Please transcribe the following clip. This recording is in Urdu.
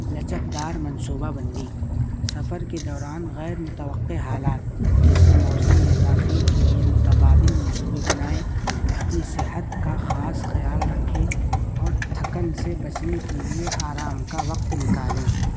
لچکدار منصوبہ بندی سفر کے دوران غیر متوقع حالات جیسے موسم یا تاخیر کے لیے متبادل منصوبے بنائیں اپنی صحت کا خاص خیال رکھیں اور تھکن سے بچنے کے لیے آرام کا وقت نکالیں